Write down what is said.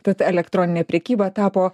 tad elektroninė prekyba tapo